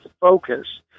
focus